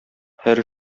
һәр